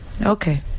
okay